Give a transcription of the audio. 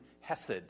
hesed